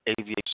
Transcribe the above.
aviation